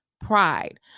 pride